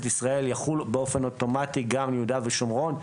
ישראל יחול באופן אוטומטי גם ביהודה ושומרון,